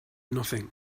nothing